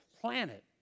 planet